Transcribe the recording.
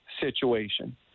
situation